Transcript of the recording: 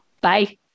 bye